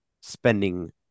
spending